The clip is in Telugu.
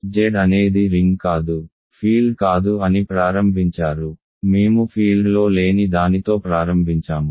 Z అనేది రింగ్ కాదు ఫీల్డ్ కాదు అని ప్రారంభించారు మేము ఫీల్డ్ లో లేని దానితో ప్రారంభించాము